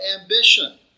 ambition